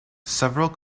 several